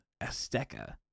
Azteca